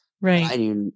Right